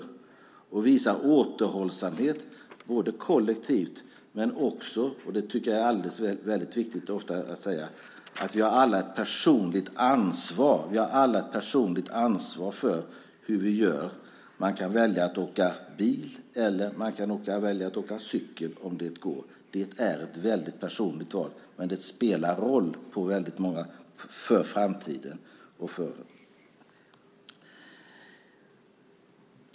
Vi måste visa återhållsamhet kollektivt, men vi har också alla ett personligt ansvar för hur vi gör. Det tycker jag är väldigt viktigt. Man kan välja att åka bil eller att cykla om det går. Det är ett personligt val. Men det spelar roll för framtiden.